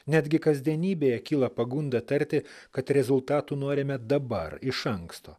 netgi kasdienybėje kyla pagunda tarti kad rezultatų norime dabar iš anksto